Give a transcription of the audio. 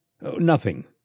Nothing